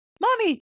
mommy